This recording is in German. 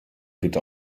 bitte